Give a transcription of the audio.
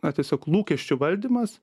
na tiesiog lūkesčių valdymas